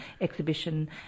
exhibition